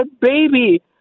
baby